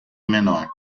menor